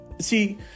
See